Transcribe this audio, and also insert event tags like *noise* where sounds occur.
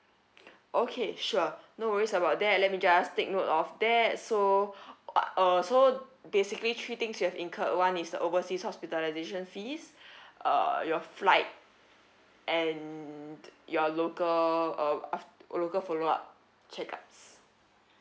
okay sure no worries about that let me just take note of that so *breath* uh so basically three things you have incurred one is the overseas hospitalisation fees *breath* uh your flight and your local uh af~ local follow up check-ups